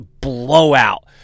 blowout